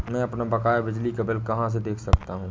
मैं अपना बकाया बिजली का बिल कहाँ से देख सकता हूँ?